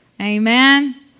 Amen